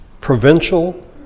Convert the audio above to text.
provincial